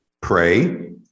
pray